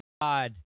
God